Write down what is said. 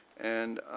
and